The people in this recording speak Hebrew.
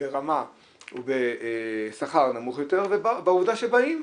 ברמה ובשכר נמוך יותר ועובדה שבאים,